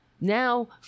now